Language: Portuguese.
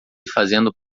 fazendo